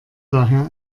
daher